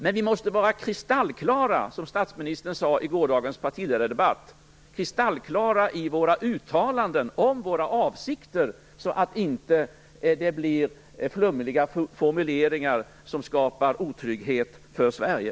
Men vi måste vara kristallklara, som statsministern sade i gårdagens partiledardebatt, i våra uttalanden om våra avsikter så att det inte blir flummiga formuleringar som skapar otrygghet för Sverige.